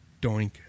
Doink